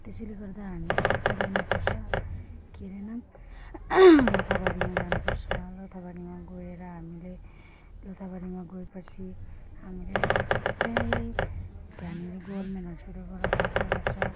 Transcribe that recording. त्यसैले गर्दा हामी त उता जानुपर्छ के अरे नाम लोथाबारीमा जानुपर्छ लोथाबारीमा गएर हामीले लोथाबारीमा गएपछि हामीले सबै त्यहाँनिर गभर्मेन्ट हस्पिटलबाट खर्च गर्छ